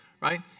right